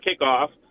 kickoff